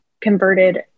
converted